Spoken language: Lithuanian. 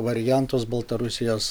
variantus baltarusijos